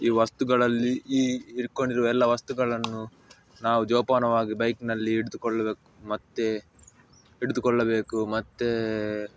ಈ ವಸ್ತುಗಳಲ್ಲಿ ಈ ಇಟ್ಕೊಂಡಿರುವ ಎಲ್ಲ ವಸ್ತುಗಳನ್ನು ನಾವು ಜೋಪಾನವಾಗಿ ಬೈಕಿನಲ್ಲಿ ಹಿಡಿದುಕೊಳ್ಳಬೇಕು ಮತ್ತೆ ಹಿಡಿದುಕೊಳ್ಳಬೇಕು ಮತ್ತೇ